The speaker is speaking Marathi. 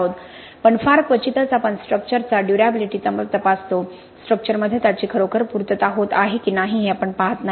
पण फार क्वचितच आपण स्ट्रक्चर चा ड्युर्याबिलिटी तपासतो स्ट्रक्चर मध्ये त्याची खरोखर पूर्तता होत आहे की नाही हे आपण पाहत नाही